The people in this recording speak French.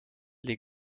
les